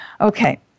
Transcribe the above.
Okay